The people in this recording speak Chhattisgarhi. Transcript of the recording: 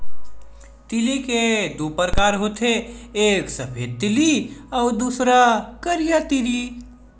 तिली के दू परकार होथे एक सफेद तिली अउ दूसर करिया तिली